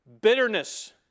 Bitterness